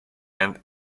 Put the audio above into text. and